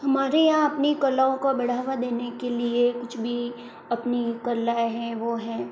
हमारे यहां अपनी कलाओं का बढ़ावा देने के लिए कुछ भी अपनी कलाएं हैं वो हैं